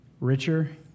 richer